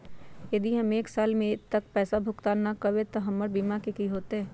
यदि हम एक साल तक पैसा भुगतान न कवै त हमर बीमा के की होतै?